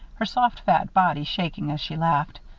her soft fat body shaking as she laughed.